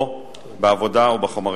בעבודה או בחומרים.